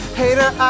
hater